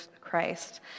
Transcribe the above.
Christ